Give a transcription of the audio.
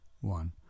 one